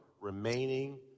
Remaining